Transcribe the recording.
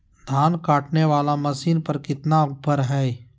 धान काटने वाला मसीन पर कितना ऑफर हाय?